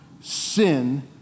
sin